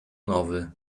nowy